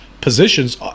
positions